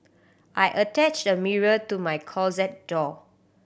I attached a mirror to my closet door